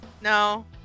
No